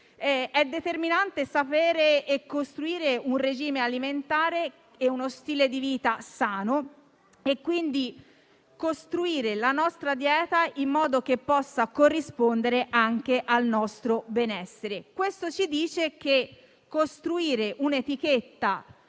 È determinante conoscere e costruire un regime alimentare e uno stile di vita sano e, quindi, costruire la nostra dieta in modo che possa corrispondere anche al nostro benessere. Questo ci dice che costruire un'etichetta